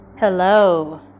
hello